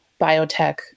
biotech